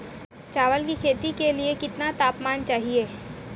चावल की खेती के लिए कितना तापमान चाहिए?